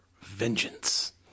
Vengeance